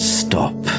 stop